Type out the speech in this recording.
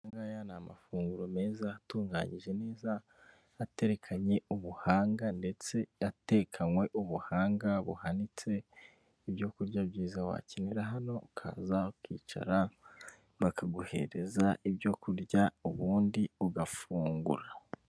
Aya ngaya ni amafunguro meza atunganyije neza aterekanye ubuhanga, ndetse yatekanywe ubuhanga buhanitse, ibyo kurya byiza wakenera hano ukaza ukicara bakaguhereza ibyo kurya ubundi ugafungura.